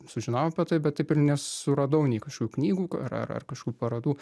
sužinojau apie tai bet taip ir nesuradau nei kažkokių knygų ar ar kažkokių parodų